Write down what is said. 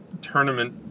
tournament